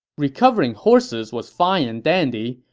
recovering horses was fine and dandy,